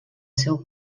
seu